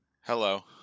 Hello